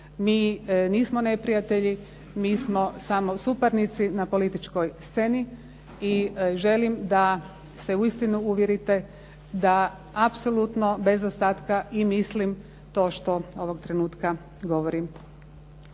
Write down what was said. Mi nismo neprijatelji, mi smo samo suparnici na političkoj sceni i želim da se uistinu uvjerite da apsolutno bez ostatka i mislim to što ovog trenutka govorim.